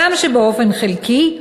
הגם שבאופן חלקי,